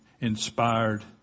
inspired